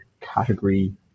category